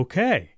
Okay